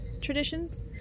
traditions